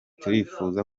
turifuza